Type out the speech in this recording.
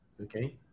okay